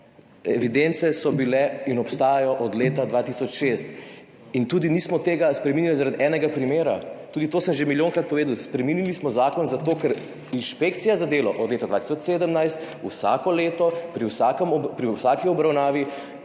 Evidence so bile in obstajajo od leta 2006. Prav tako tega nismo spreminjali zaradi enega primera, tudi to sem že milijonkrat povedal. Spremenili smo zakon zato, ker inšpekcija za delo od leta 2017 vsako leto pri vsaki obravnavi